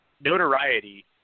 notoriety